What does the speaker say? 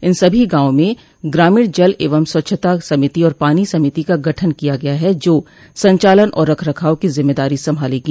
इन सभी गांवों में ग्रामीण जल एवं स्वच्छता समिति और पानी समिति का गठन किया गया है जो संचालन और रखरखाव की जिम्मेदारी संभालेंगी